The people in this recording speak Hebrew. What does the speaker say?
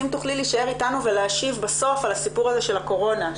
אם תוכלי להשאר איתנו ולהשיב בסוף על הסיפור הזה של הקורונה,